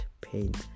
paint